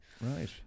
right